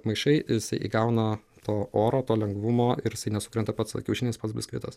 maišai jisai įgauna to oro to lengvumo ir jisai nesukrenta pats kiaušinis pats biskvitas